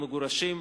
המגורשים,